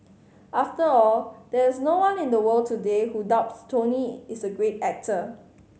after all there is no one in the world today who doubts Tony is a great actor